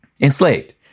enslaved